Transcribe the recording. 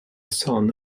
son